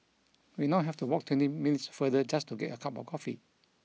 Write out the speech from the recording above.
we now have to walk twenty minutes farther just to get a cup of coffee